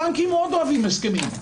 הבנקים מאוד אוהבים הסכמים,